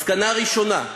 מסקנה ראשונה: